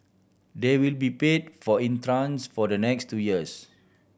they will be paid for in tranches for the next two years